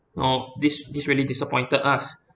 know this this really disappointed us